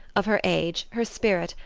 of her age, her spirit,